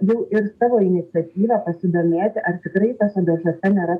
jau ir savo iniciatyva pasidomėti ar tikrai tuose dažuose nėra